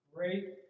Great